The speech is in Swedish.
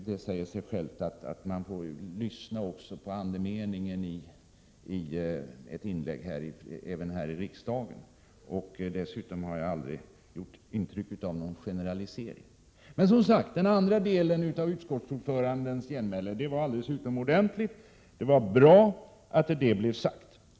Det säger sig självt att man får lyssna på andemeningen i ett inlägg även här i riksdagen. Dessutom har jag aldrig gett intryck av någon generalisering. Den andra delen av utskottsordförandens genmäle var dock alldeles utomordentlig — det var bra att det blev sagt.